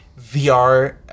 VR